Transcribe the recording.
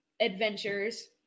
adventures